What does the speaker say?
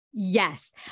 Yes